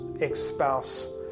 ex-spouse